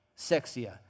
sexier